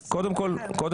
אז קודם כול,